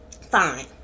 fine